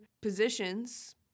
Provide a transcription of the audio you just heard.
positions